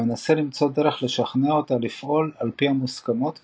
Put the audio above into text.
הוא מנסה למצוא דרך לשכנע אותה לפעול על פי המוסכמות ולהתחתן.